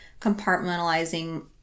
compartmentalizing